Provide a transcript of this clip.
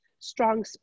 strong